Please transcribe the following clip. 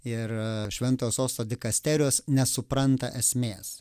ir švento sosto dikasterijos nesupranta esmės